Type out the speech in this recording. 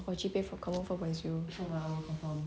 or mind read the smart people oh my god 我 G_P_A confirm four point zero